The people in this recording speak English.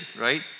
right